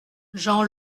jean